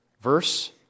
verse